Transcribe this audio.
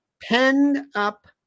penned-up